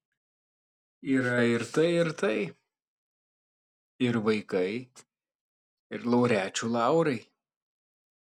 yra ir tai ir tai ir vaikai ir laureačių laurai